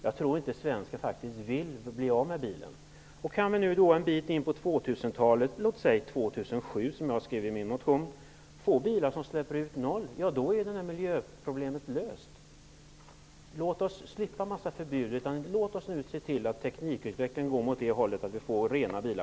Jag tror inte att svensken vill bli av med bilen. Om det går att en bit in på 2000-talet -- t.ex. senast 2007, som jag föreslår i min motion -- få fram bilar vars utsläppsnivå är noll, då är miljöproblemet löst. Låt oss slippa en mängd förbud, och låt oss se till att teknikutvecklingen går framåt så att vi kan få rena bilar.